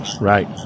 Right